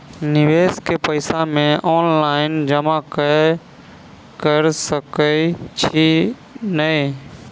निवेश केँ पैसा मे ऑनलाइन जमा कैर सकै छी नै?